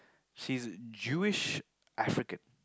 she's Jewish African